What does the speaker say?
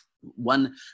One